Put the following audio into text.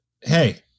hey